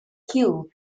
killed